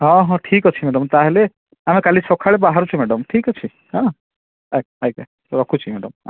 ହଁ ହଁ ଠିକ୍ ଅଛି ମ୍ୟାଡ଼ାମ୍ ତା'ହେଲେ ଆମେ କାଲି ସକାଳେ ବାହାରୁଛୁ ମ୍ୟାଡ଼ାମ୍ ଠିକ୍ ଅଛି ହେଲା ଆଜ୍ଞା ଆଜ୍ଞା ରଖୁଛି ମ୍ୟାଡ଼ାମ୍ ହଁ